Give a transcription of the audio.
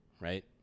right